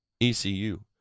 ECU